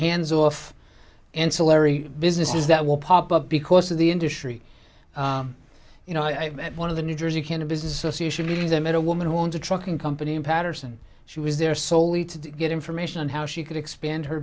hands off ancillary businesses that will pop up because of the industry you know i met one of the new jersey can a business association meetings i met a woman who owns a trucking company in paterson she was there soley to get information on how she could expand her